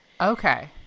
okay